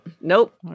Nope